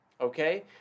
okay